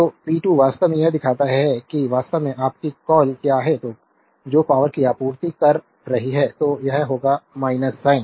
तो P2 वास्तव में यह दिखाता है कि वास्तव में आपकी कॉल क्या है जो पावरकी आपूर्ति कर रही है तो यह होगा - साइन